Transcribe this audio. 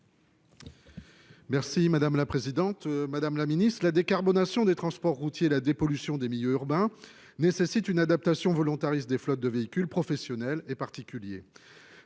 Merci madame la présidente, madame la Ministre, la décarbonation des transports routiers, la dépollution des milieux urbains nécessite une adaptation volontariste des flottes de véhicules professionnels et particuliers.